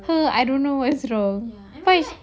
her I don't know what's wrong her is